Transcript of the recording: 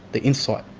the insight.